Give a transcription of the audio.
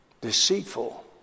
Deceitful